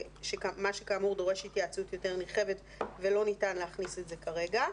מה שכאמור דורש התייעצות יותר נרחבת ולא ניתן להכניס את זה כרגע.